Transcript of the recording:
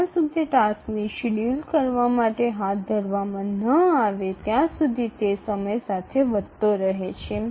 જ્યાં સુધી ટાસ્કને શેડ્યૂલ કરવા માટે હાથ ધરવામાં ન આવે ત્યાં સુધી તે સમય સાથે વધતો રહે છે